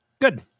Good